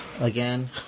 Again